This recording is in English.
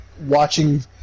watching